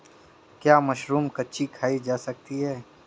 क्या मशरूम कच्ची खाई जा सकती है?